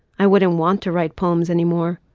i wouldn't want to write poems anymore.